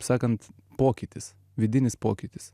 sakant pokytis vidinis pokytis